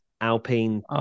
Alpine